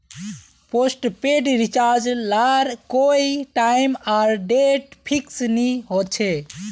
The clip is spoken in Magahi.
पोस्टपेड रिचार्ज लार कोए टाइम आर डेट फिक्स नि होछे